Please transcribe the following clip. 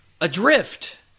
Adrift